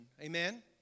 Amen